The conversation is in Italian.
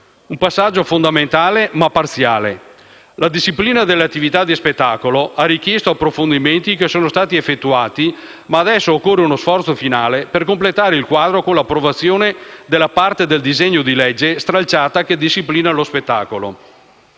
Un passaggio fondamentale ma parziale: la disciplina delle attività di spettacolo ha richiesto approfondimenti che sono stati effettuati, ma adesso occorre uno sforzo finale per completare il quadro con l'approvazione della parte del disegno di legge stralciata che disciplina lo spettacolo.